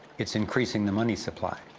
it's increasing the money supply?